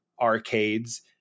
arcades